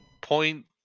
point